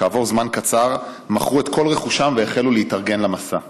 כעבור זמן קצר הם מכרו את כל רכושם והחלו להתארגן למסע.